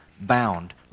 bound